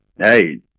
Hey